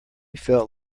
felt